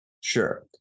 Sure